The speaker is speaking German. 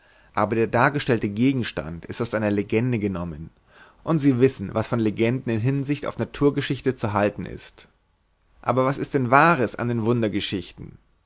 aber der dargestellte gegenstand ist aus einer legende genommen und sie wissen was von legenden in hinsicht auf naturgeschichte zu halten ist aber was ist denn wahres an den